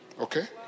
Okay